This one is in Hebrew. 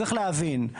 צריך להבין,